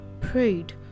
prayed